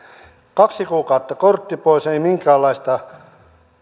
kaksi kuukautta kortti pois ei minkäänlaista